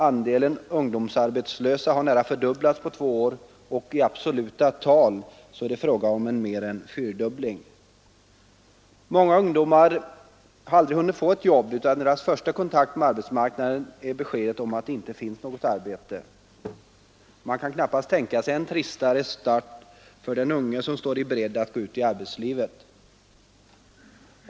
Andelen ungdomsarbetslösa har nästan fördubblats på två år, och i absoluta tal är det fråga om mer än en fyrdubbling. Många ungdomar har aldrig hunnit få ett jobb, utan deras första kontakt med arbetsmarknaden är beskedet om att det inte finns något arbete. Man kan knappast tänka sig en tristare start för den unga människa som står beredd att gå ut i arbetslivet.